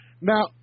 now